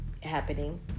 happening